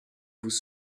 vous